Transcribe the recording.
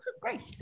great